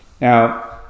Now